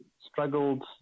struggled